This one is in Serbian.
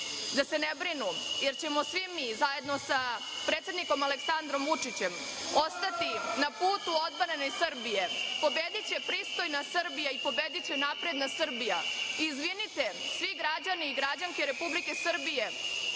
da se ne brinu, jer ćemo svi mi zajedno sa predsednikom Aleksandrom Vučićem ostati na putu odmerene Srbije, pobediće pristojna Srbija i pobediće napredna Srbija. Izvinite, svi građani i građanke Republike Srbije,